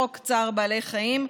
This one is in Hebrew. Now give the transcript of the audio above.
חוק צער בעלי חיים,